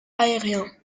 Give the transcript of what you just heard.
aérien